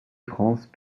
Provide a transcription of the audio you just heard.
france